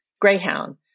greyhound